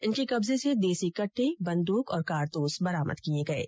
इनके कब्जे से देसी कट्टे बंदूक और कारतूस बरामद किये गये है